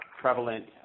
prevalent